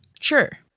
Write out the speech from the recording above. Sure